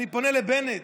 אני פונה לבנט: